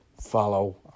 follow